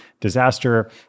disaster